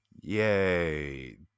Yay